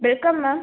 welcome ma'am